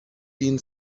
been